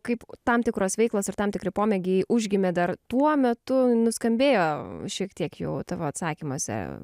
kaip tam tikros veiklos ir tam tikri pomėgiai užgimė dar tuo metu nuskambėjo šiek tiek jau tavo atsakymuose